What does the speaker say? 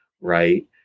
right